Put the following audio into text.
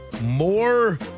More